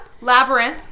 Labyrinth